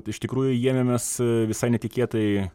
iš tikrųjų ėmėmės visai netikėtai